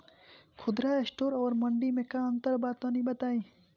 खुदरा स्टोर और मंडी में का अंतर बा तनी बताई?